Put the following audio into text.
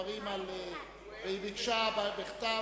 דברים והיא ביקשה בכתב.